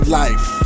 life